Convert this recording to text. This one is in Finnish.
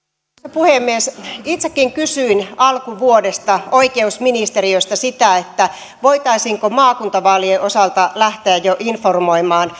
puhemies itsekin kysyin alkuvuodesta oikeusministeriöstä sitä voitaisiinko maakuntavaalien osalta lähteä informoimaan